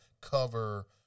cover